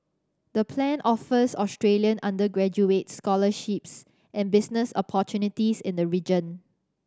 the plan offers Australian undergraduates scholarships and business opportunities in the region